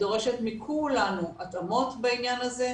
היא דורשת מכולנו התאמות בעניין הזה,